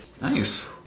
Nice